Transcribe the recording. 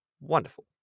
wonderful